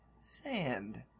sand